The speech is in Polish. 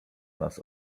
nas